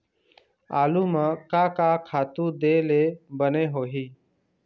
आलू म का का खातू दे ले बने होही?